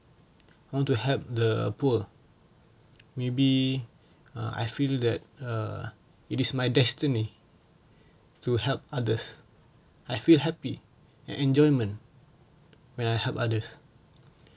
I want to help the poor maybe uh I feel that err it is my destiny to help others I feel happy and enjoyment when I help others